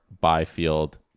Byfield